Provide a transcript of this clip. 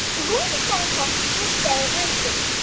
we're going to start off with celebrations.